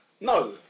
No